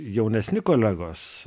jaunesni kolegos